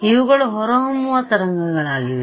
ಇವುಗಳು ಹೊರಹೊಮ್ಮುವ ತರಂಗಗಳಾಗಿವೆ